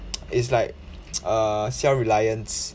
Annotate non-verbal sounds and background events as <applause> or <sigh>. <noise> it's like <noise> err self reliance